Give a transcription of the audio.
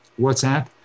WhatsApp